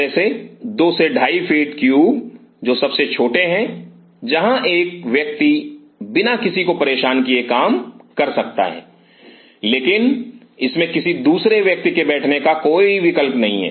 जैसे दो से ढाई फीट क्यूब जो सबसे छोटे हैं जहां एक व्यक्ति बिना किसी को परेशान किए काम कर सकता है लेकिन इसमें किसी दूसरे व्यक्ति के बैठने का कोई विकल्प नहीं है